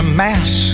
mass